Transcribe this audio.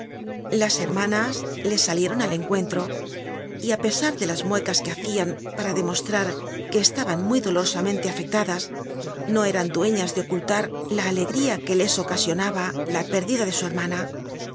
las hcl'manas le salieron al encuentro y á pesar de las muecas que hacinn para demostrar que estaban muy dolorosamente afectadas no eran dueiias de ocultar la alegría que ies ocasionaba la pérdida de su hermana